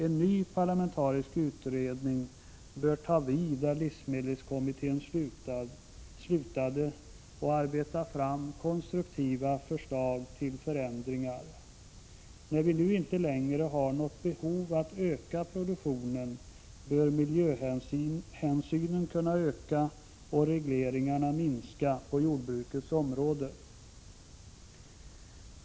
En ny parlamentarisk utredning bör ta vid där livsmedelskommittén slutade och arbeta fram konstruktiva förslag till förändringar. När vi nu inte längre har något behov att öka produktionen bör miljöhänsynen kunna öka och regleringarna minska på jordbrukets område.